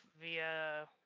via